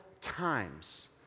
times